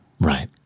right